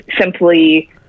simply